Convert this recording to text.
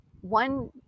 one